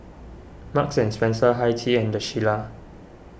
Marks and Spencer Hi Tea and the Shilla